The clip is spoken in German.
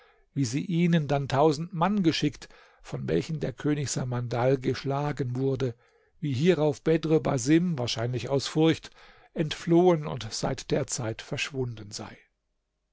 wie sie ihnen dann tausend mann geschickt von welchen der könig samandal geschlagen wurde wie hierauf bedr basim wahrscheinlich aus furcht entflohen und seit der zeit verschwunden sei